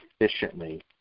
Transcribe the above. efficiently